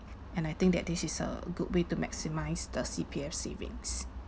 and I think that this is a good way to maximise the C_P_F savings